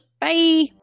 Bye